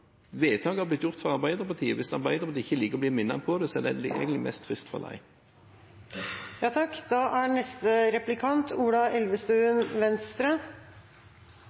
vedtaket har blitt gjort av Arbeiderpartiet, og hvis Arbeiderpartiet ikke liker å bli minnet på det, er det egentlig mest trist for dem.